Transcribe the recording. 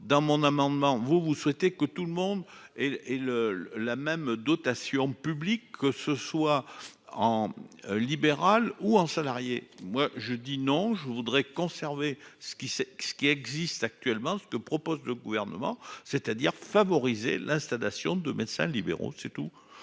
dans mon amendement vous vous souhaitez que tout le monde et le le la même dotation publique que ce soit en libérale ou un salarié, moi je dis non je voudrais conserver ce qui c'est ce qui existe actuellement. Ce que propose le gouvernement, c'est-à-dire favoriser l'installation de médecins libéraux, c'est tout.--